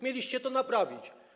Mieliście to naprawić.